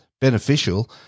beneficial